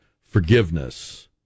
forgiveness